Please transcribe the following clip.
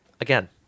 Again